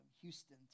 Houston